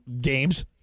games